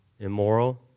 Immoral